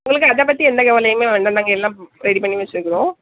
உங்களுக்கு அதைப்பத்தி எந்த கவலையுமே வேண்டாம் நாங்கள் எல்லாம் ரெடி பண்ணி வச்சிருக்கிறோம்